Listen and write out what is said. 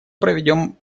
проведем